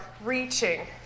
reaching